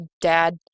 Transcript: dad